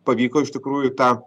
pavyko iš tikrųjų tą